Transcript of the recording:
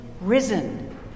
risen